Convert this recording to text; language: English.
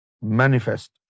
manifest